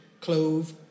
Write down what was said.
clove